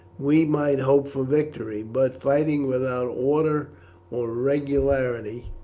we might hope for victory but fighting without order or regularity,